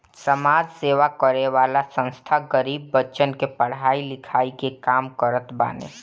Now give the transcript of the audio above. समाज सेवा करे वाला संस्था गरीब बच्चन के पढ़ाई लिखाई के काम करत बाने